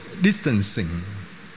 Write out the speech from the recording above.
distancing